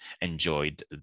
enjoyed